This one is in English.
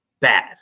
Bad